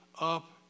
up